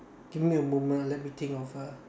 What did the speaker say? give me a moment let me think of a